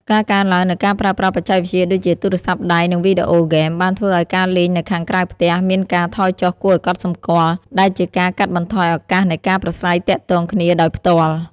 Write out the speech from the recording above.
ការកើនឡើងនូវការប្រើប្រាស់បច្ចេកវិទ្យាដូចជាទូរស័ព្ទដៃនិងវីដេអូហ្គេមបានធ្វើឲ្យការលេងនៅខាងក្រៅផ្ទះមានការថយចុះគួរឱ្យកត់សម្គាល់ ដែលជាការកាត់បន្ថយឱកាសនៃការប្រាស្រ័យទាក់ទងគ្នាដោយផ្ទាល់។